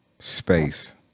space